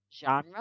genre